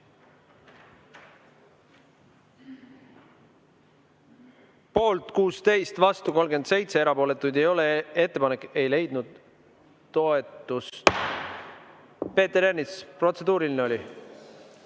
Poolt 16, vastu 37, erapooletuid ei ole. Ettepanek ei leidnud toetust. Peeter Ernits, kas protseduuriline oli?